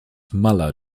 muller